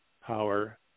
power